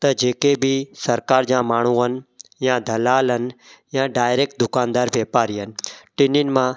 त जेके बि सरकार जा माण्हू आहिनि या दलाल आहिनि या डाइरेक्ट दुकानदार वापारी आहिनि टिन्हनि मां